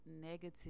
negative